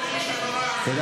אני